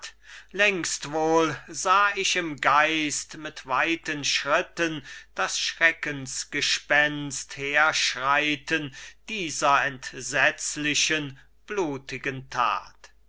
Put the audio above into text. längst wohl sah ich im geist mit weiten schritten das schreckensgespenst herschreiten dieser entsetzlichen blutigen that